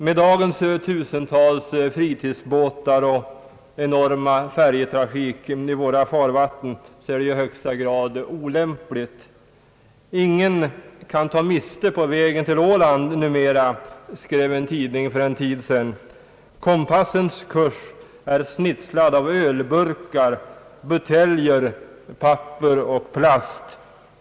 Med dagens tusentals fritidsbåtar och enorma färjetrafik i våra farvatten är detta i högsta grad olämpligt. »Ingen tar miste på vägen till Åland numera», skrev en tidning för en tid sedan. »Kompassens kurs är snitslad av ölburkar, buteljer, papper och plast.